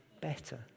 better